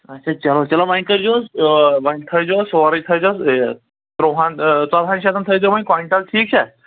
اَچھا چلو چلو وۄنۍ کٔرۍزیوس وۄنۍ تھأیزیوس سورُے تھٲیزیوس یہِ تُرٛوہَن ژۄدہَن شَتَن تھأیزیو وۄنۍ کوینٛٹل ٹھیٖک چھا